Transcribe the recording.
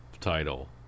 title